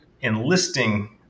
enlisting